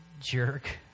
jerk